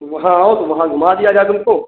वहाँ आओ तो वहाँ घुमा दिया जाए तुमको